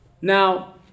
Now